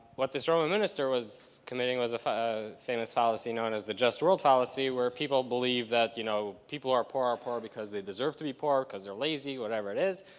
what this roman minister was committing was a famous fallacy known as the just world fallacy, where people believe that you know people who are poor are poor because they deserve to be poor, because they're lazy, whatever it is,